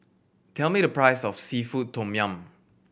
tell me the price of seafood tom yum